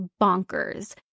bonkers